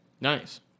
nice